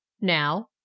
Now